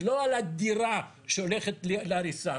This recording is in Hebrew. זה לא על הדירה שהולכת להריסה,